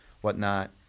whatnot